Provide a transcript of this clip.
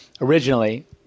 originally